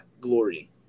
Glory